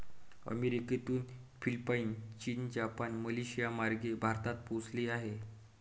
अमेरिकेतून फिलिपाईन, चीन, जपान, मलेशियामार्गे भारतात पोहोचले आहे